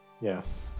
yes